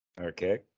Okay